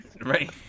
Right